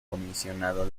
comisionado